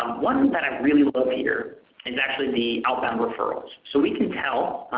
one that i really love here is actually the outbound referrals. so we can tell,